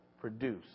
produce